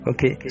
Okay